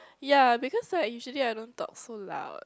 yeah because I usually I don't talk so loud